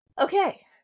Okay